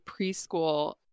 preschool